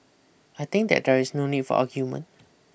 I think that there is no need for argument